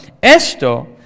esto